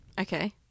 Okay